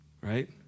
Right